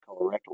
colorectal